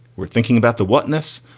we're thinking about the witness.